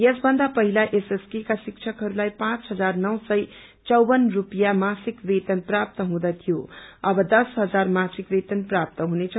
यसभन्दा पहिला एसएसके का शिक्षकहरूलाई पाँच हजार नो सय चौवन स्लेपियाँ मासिक वेतन प्राप्त हुँदथियो अव दशहजार मासिक वेतन प्राप्त हुनेछ